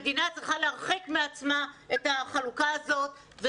מדינה צריכה להרחיק מעצמה את החלוקה הזאת.